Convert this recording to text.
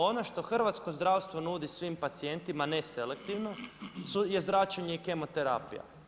Ono što hrvatsko zdravstvo nudi svim pacijentima ne selektivno je zračenje i kemoterapija.